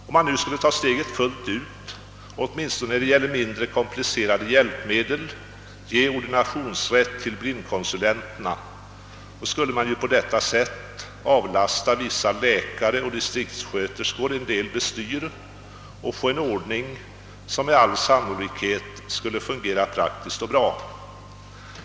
Om man skulle ta steget fullt ut och, åtminstone när det gäller mindre komplicerade hjälpmedel, ge ordinationsrätt till blindkonsulenterna, så skulle man på detta sätt avlasta vissa läkare och distriktssköterskor en del bestyr och få en ordning som med all sannolikhet skulle fungera praktiskt och bra.